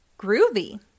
Groovy